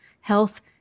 health